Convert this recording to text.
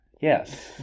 Yes